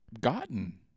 gotten